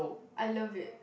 I love it